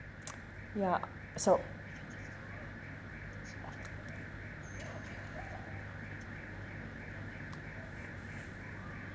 ya so